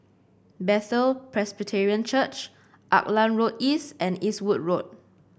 Bethel Presbyterian Church Auckland Road East and Eastwood Road